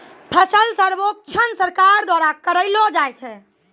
फसल सर्वेक्षण सरकार द्वारा करैलो जाय छै